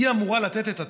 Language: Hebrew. שהיא אמורה לתת את הטון,